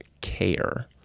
care